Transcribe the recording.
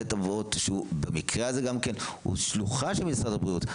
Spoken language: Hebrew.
בית אבות במקרה הזה הוא שלוחה של משרד הבריאות.